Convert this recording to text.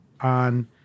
on